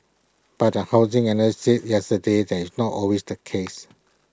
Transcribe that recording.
but A housing analyst said yesterday that is not always the case